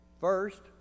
First